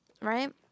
Right